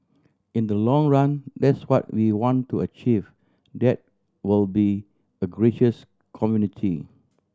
in the long run that's what we want to achieve that we'll be a gracious community